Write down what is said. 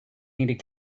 needed